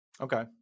Okay